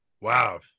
Wow